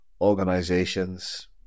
organizations